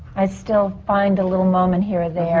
i still find a little moment here or there,